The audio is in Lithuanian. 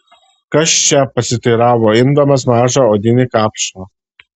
kas čia pasiteiravo imdamas mažą odinį kapšą